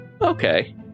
okay